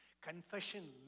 Confession